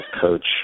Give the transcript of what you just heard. coach